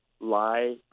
lie